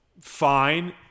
fine